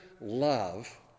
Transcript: love